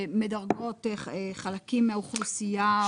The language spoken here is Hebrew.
מדרגות חלקים מהאוכלוסייה.